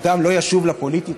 אדם לא ישוב לפוליטיקה.